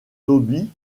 toby